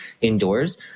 indoors